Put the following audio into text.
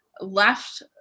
left